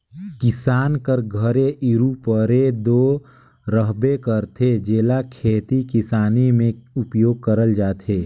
किसान कर घरे इरूपरे दो रहबे करथे, जेला खेती किसानी मे उपियोग करल जाथे